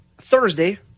Thursday